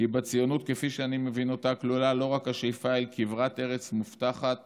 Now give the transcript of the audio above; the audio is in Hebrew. כי בציונות כפי שאני מבין אותה כלולה לא רק השאיפה אל כברת ארץ מובטחת